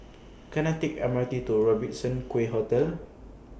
Can I Take M R T to Robertson Quay Hotel